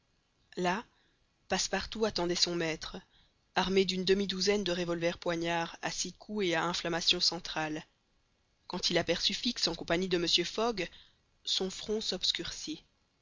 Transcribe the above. là passepartout attendait son maître armé d'une demi-douzaine de revolvers poignards à six coups et à inflammation centrale quand il aperçut fix en compagnie de mr fogg son front s'obscurcit